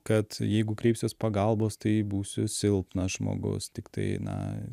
kad jeigu kreipsiuos pagalbos tai būsiu silpnas žmogus tiktai na